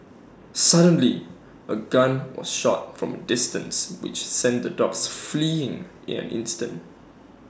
suddenly A gun was shot from distance which sent the dogs fleeing in an instant